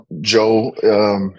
Joe